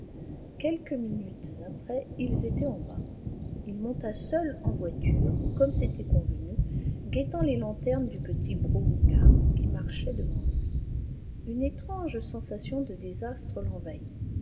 quelques minutes après ils étaient en bas il monta seul en voiture comme c'était convenu guettant les lanternes du petit brougham qui marchait devant lui une étrange sensation de désastre l'envahit